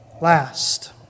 last